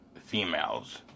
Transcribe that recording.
females